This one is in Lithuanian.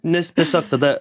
nes tiesiog tada